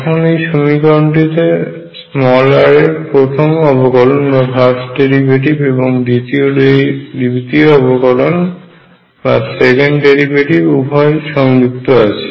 এখন এই সমীকরণটিতে r এর প্রথম অবকলন এবং দ্বিতীয় অবকলন উভয়ই সংযুক্ত আছে